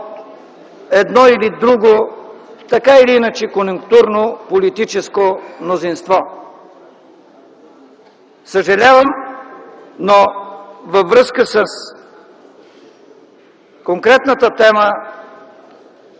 едно или друго, така или иначе, конюнктурно, политическо мнозинство. Съжалявам, но във връзка с конкретната тема